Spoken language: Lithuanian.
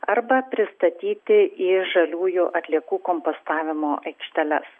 arba pristatyti į žaliųjų atliekų kompostavimo aikšteles